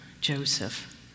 Joseph